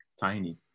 Tiny